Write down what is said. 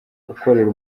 ukorera